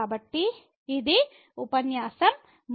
కాబట్టి ఇది ఉపన్యాసం ము